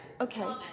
Okay